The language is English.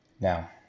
Now